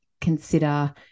consider